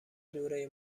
دوره